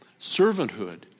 servanthood